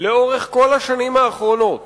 לאורך כל השנים האחרונות